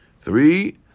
Three